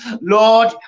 Lord